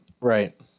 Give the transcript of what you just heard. Right